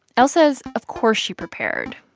l says of course she prepared,